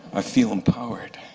i feel empowered.